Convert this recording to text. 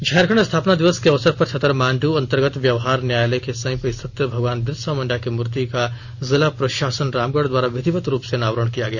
झारखंड स्थापना दिवस के अवसर पर छतर मांडू अंतर्गत व्यवहार न्यायालय के समीप स्थित भगवान बिरसा मुंडा की मुर्ति का जिला प्रशासन रामगढ द्वारा विधिवत रूप से अनावरण किया गया